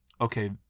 okay